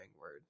word